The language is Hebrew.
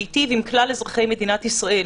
מטיב עם כלל אזרחי מדינת ישראל.